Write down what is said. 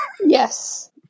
yes